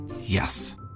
Yes